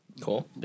Cool